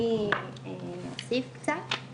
אני אוסיף קצת.